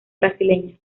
brasileña